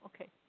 Okay